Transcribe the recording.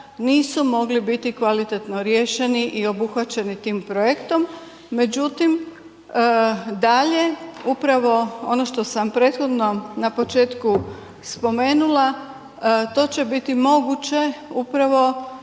nisu mogli biti kvalitetno riješeni i obuhvaćeni tim projektom međutim dalje upravo ono što sam prethodno na početku spomenula, to će biti moguće upravo